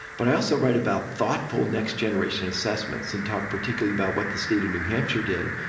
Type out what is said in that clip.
but i also write about thoughtful next-generation assessments, and talk particularly about what the state of new hampshire did.